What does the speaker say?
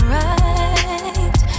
right